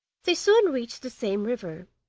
they soon reached the same river,